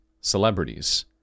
celebrities